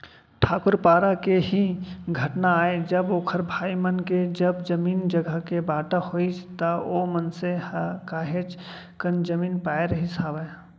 ठाकूर पारा के ही घटना आय जब ओखर भाई मन के जब जमीन जघा के बाँटा होइस त ओ मनसे ह काहेच कन जमीन पाय रहिस हावय